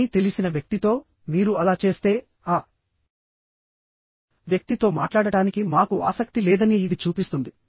కానీ తెలిసిన వ్యక్తితో మీరు అలా చేస్తే ఆ వ్యక్తితో మాట్లాడటానికి మాకు ఆసక్తి లేదని ఇది చూపిస్తుంది